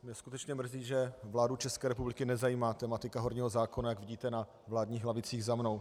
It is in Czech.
Mě skutečně mrzí, že vládu České republiky nezajímá tematika horního zákona, jak vidíte na vládních lavicích za mnou.